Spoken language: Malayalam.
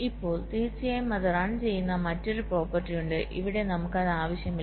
ഇപ്പോൾ തീർച്ചയായും അത് റൺ ചെയ്യുന്ന മറ്റൊരു പ്രോപ്പർട്ടി ഉണ്ട് ഇവിടെ നമുക്ക് അത് ആവശ്യമില്ല